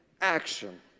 action